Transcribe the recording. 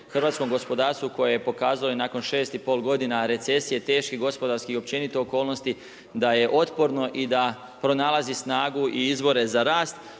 hrvatskom gospodarstvu koje je pokazalo i nakon 6,5 godina recesije, teških gospodarskih i općenito okolnosti da je otporno i da pronalazi snagu i izvore za rast.